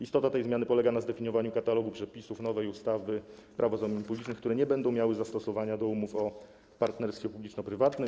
Istota tej zmiany polega na zdefiniowaniu katalogu przepisów nowej ustawy - Prawo zamówień publicznych, które nie będą miały zastosowania do umów o partnerstwie publiczno-prywatnym.